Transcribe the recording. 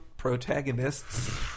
protagonists